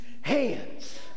hands